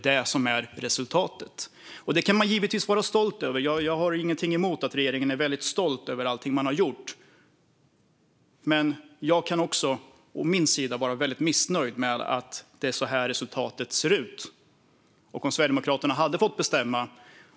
Detta kan man givetvis vara stolt över. Jag har inget emot att regeringen är väldigt stolt över allt man gjort. Men jag kan också, å min sida, vara väldigt missnöjd med att det är så här resultatet ser ut.